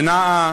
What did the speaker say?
שנעה